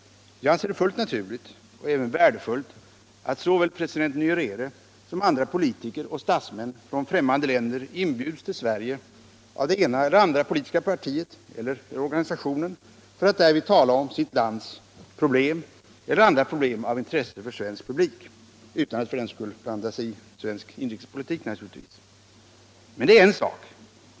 Jag anser det fullt naturligt och även värdefullt att såväl president Nyerere som andra politiker och statsmän från främmande länder inbjuds till Sverige av det ena eller andra politiska partiet — eller av organisationer — för att därvid tala om sitt lands problem eller andra problem av intresse för svensk publik, naturligtvis utan att för den skull blanda sig i svensk inrikespolitik. Men det är en sak.